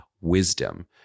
Wisdom